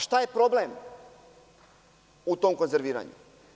Šta je problem u tom konzerviranju?